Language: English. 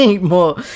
more